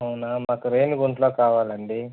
అవునా మాకు రేణిగుంటలో కావాలండి